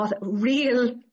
real